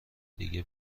دیگه